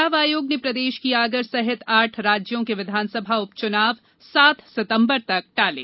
चुनाव आयोग ने प्रदेश की आगर सहित आठ राज्यों के विधानसभा उपचुनाव सात सितंबर तक टाले